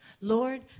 Lord